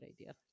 idea